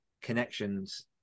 connections